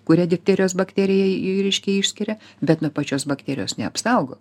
kuria difterijos bakterijai reiškia išskiria bet nuo pačios bakterijos neapsaugo